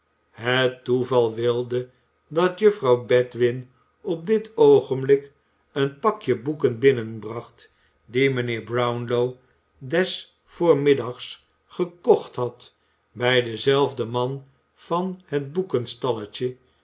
het toeval wilde dat juffrouw bedwin op dit oogenblik een pakje boeken binnenbracht die mijnheer brownlow des voormiddags gekocht had bij denzelfden man van het